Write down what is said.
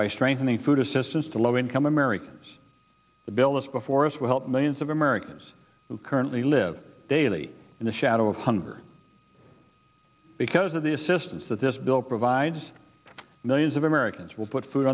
by strengthening food assistance to low income americans a bill that's before us will help millions of americans who currently live daily in the shadow of hunger because of the assistance that this bill provides millions of americans will put food